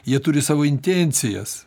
jie turi savo intencijas